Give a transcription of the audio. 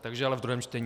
Takže ale ve druhém čtení.